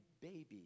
baby